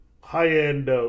high-end